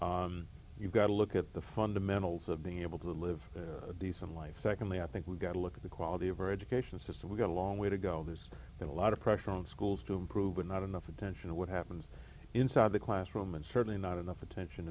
care you've got to look at the fundamentals of being able to live a decent life secondly i think we've got to look at the quality of our education system we've got a long way to go there's been a lot of pressure on schools to improve but not enough attention to what happens inside the classroom and certainly not enough attention